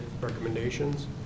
recommendations